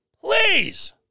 Please